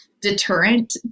deterrent